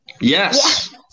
Yes